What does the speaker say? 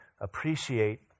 appreciate